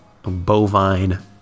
Bovine